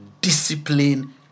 discipline